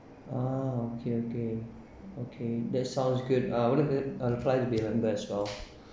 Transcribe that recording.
ah okay okay okay that sounds good uh I want to I want to apply to be a member as well